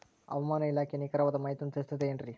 ಹವಮಾನ ಇಲಾಖೆಯ ನಿಖರವಾದ ಮಾಹಿತಿಯನ್ನ ತಿಳಿಸುತ್ತದೆ ಎನ್ರಿ?